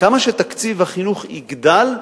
ככל שתקציב החינוך יגדל,